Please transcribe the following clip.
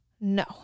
no